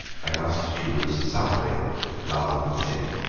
i must choose suffering rather than sin.